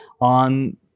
on